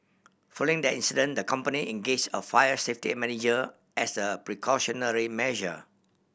following that incident the company engage a fire safety manager as a precautionary measure